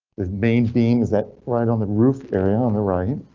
the main thing is that right on the roof area on the right.